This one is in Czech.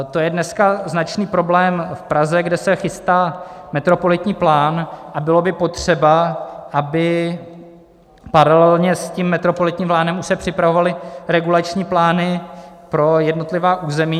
To je dneska značný problém v Praze, kde se chystá metropolitní plán a bylo by potřeba, aby paralelně s tím metropolitním plánem už se připravovaly regulační plány pro jednotlivá území.